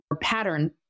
pattern